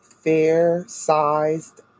fair-sized